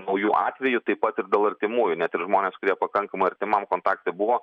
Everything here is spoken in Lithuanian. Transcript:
naujų atvejų taip pat ir dėl artimųjų net ir žmonės kurie pakankamai artimam kontakte buvo